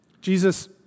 Jesus